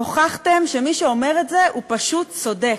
הוכחתם שמי שאומר את זה הוא פשוט צודק.